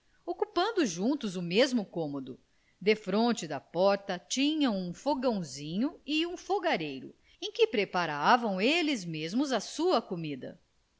ocupando juntos o mesmo cômodo defronte da porta tinham um fogãozinho e um fogareiro em que preparavam eles mesmos a sua comida